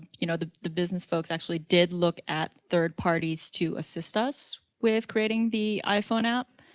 you know, the the business folks actually did look at third parties to assist us with creating the iphone app.